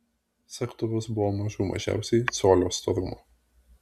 segtuvas buvo mažų mažiausiai colio storumo